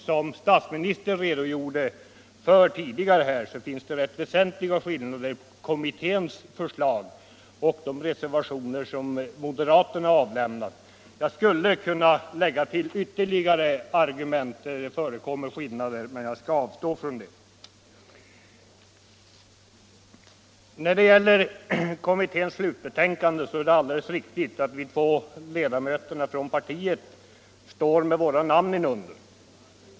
Som statsministern redogjorde för tidigare här finns det rätt väsentliga skillnader mellan kommitténs förslag och de reservationer som moderaterna avlämnat. Jag skulle kunna lägga till ytterligare argument för dessa skillnader men jag skall avstå från det. Beträffande kommitténs slutbetänkande vill jag säga att det är alldeles riktigt att de två ledamöterna från vårt parti skrivit sina namn under.